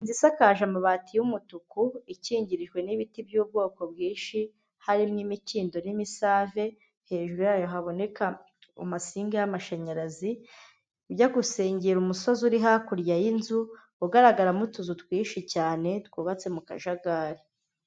Inzu isakaje amabati y'umutuku ikingirijwe n'ibiti by'ubwoko bwinshi, harimo imikindo n'imisave, hejuru yayo haboneka amasinga y'amashanyarazi, ujya gusingira umusozi uri hakurya y'inzu, ugaragaramo utuzu twinshi cyane twubatse mu kajagari.